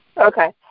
Okay